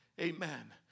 Amen